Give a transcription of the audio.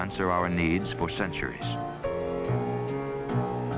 answer our needs for centuries